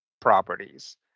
properties